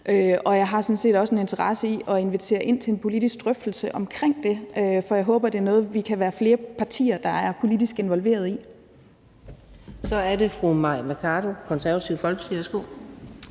Og jeg har sådan set også en interesse i at invitere ind til en politisk drøftelse omkring det, for jeg håber, det er noget, vi kan være flere partier der er politisk involveret i. Kl. 10:17 Fjerde næstformand